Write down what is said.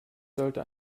sollte